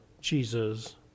Jesus